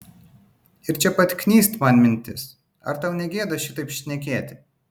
ir čia pat knyst man mintis ar tau negėda šitaip šnekėti